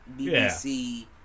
BBC